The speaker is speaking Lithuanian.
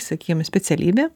sakykim specialybę